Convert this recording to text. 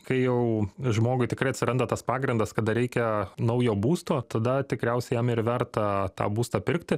kai jau žmogui tikrai atsiranda tas pagrindas kada reikia naujo būsto tada tikriausiai jam ir verta tą būstą pirkti